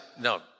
No